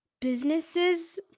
businesses